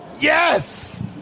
Yes